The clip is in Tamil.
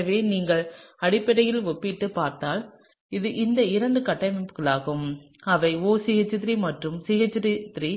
எனவே நீங்கள் அடிப்படையில் ஒப்பிட்டுப் பார்த்தால் இது இந்த இரண்டு கட்டமைப்புகளாகும் அவை OCH3 மற்றும் CH3